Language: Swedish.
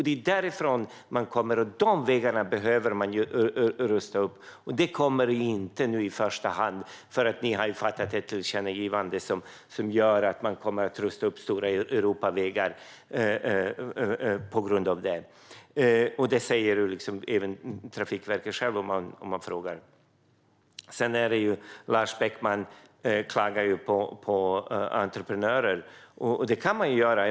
Det är därifrån man ska köra, och det är dessa vägar vi behöver rusta upp. Så blir det nu inte, för ni har fattat beslut om ett tillkännagivande som gör att man i första hand kommer att rusta upp stora Europavägar. Det säger även Trafikverket självt om man frågar. Lars Beckman klagar på entreprenörer. Det kan man göra.